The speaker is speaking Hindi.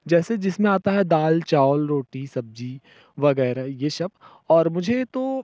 जैसे जिसमें आता है दाल चावल रोटी सब्जी वगैरह ये सब और मुझे तो